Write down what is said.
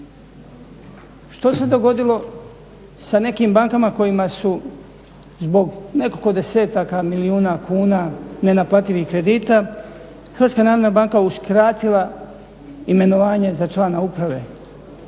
Što se dogodilo sa nekim bankama kojima su zbog nekoliko desetaka milijuna kuna nenaplativih kredita HNB uskratila imenovanje za člana uprave.